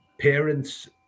parents